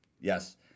yes